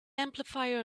amplifier